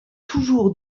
toujours